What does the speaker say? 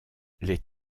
les